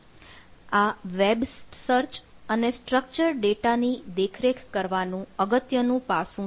આ web search અને structured data ની દેખરેખ કરવાનું અગત્યનું પાસું છે